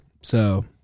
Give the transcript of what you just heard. So-